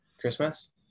Christmas